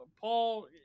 Paul